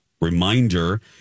reminder